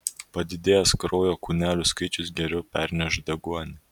padidėjęs kraujo kūnelių skaičius geriau perneš deguonį